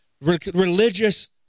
religious